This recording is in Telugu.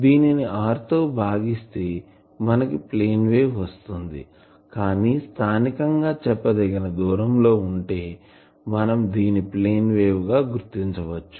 దీనిని r తో భాగిస్తే మనకు ప్లేన్ వేవ్ వస్తుంది కానీ స్థానికం గా చెప్పదగిన దూరం లో ఉంటే మనం దీని ప్లేన్ వేవ్ గా గుర్తించవచ్చు